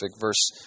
Verse